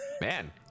man